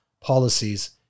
policies